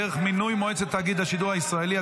דרך מינוי מועצת תאגיד השידור הישראלי),